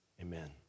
Amen